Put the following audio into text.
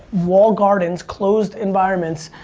walled gardens, closed environments,